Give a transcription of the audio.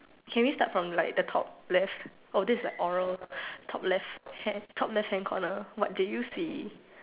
can we start from like the top left oh this is like oral top left top left hand corner what do you see